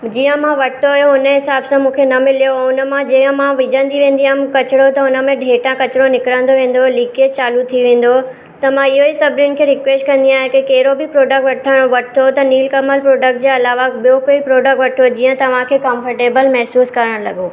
जीअं मां वरितो हुओ हुन ए हिसाब सां मूंखे न मिलियो हुन मां जंहिं मां विझंदी हुअमि किचिरो त हुनमें हेठा किचिरो निकरंदो रहंदो लीकेज चालू थी वेंदो हुओ त मां इहो ई सभिनिन खे रिक्वेस्ट कंदी आहियां की कहिड़ो बि प्रोडक्ट वठण वरितो त नीलकमल प्रोडक्ट जे अलावा ॿियो कोई बि प्रोडक्ट वठो जीअं तव्हांखे कम्फटेबल महसूसु करणु लॻो